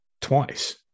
twice